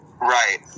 Right